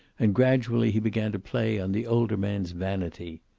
and gradually he began to play on the older man's vanity.